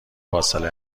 فاصله